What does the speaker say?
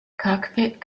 cockpit